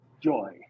joy